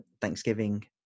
Thanksgiving